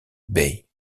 bey